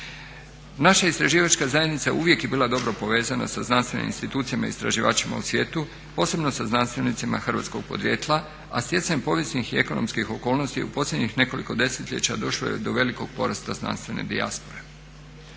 Naša istraživačka zajednica uvijek je bila dobro povezana sa znanstvenim institucijama i istraživačima u svijetu posebno sa znanstvenicima hrvatskog podrijetla, a stjecajem povijesnih i ekonomskih okolnosti u posljednjih nekoliko desetljeća došlo je do velikog porasta znanstvene dijaspore.